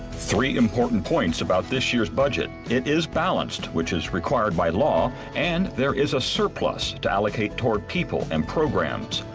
three important points about this year's budget it is balanced, which is required by law, and there is a surplus to allocate toward people and programs.